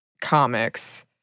comics